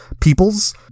peoples